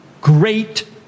great